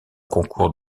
concours